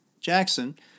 Jackson